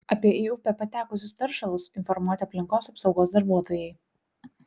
apie į upę patekusius teršalus informuoti aplinkos apsaugos darbuotojai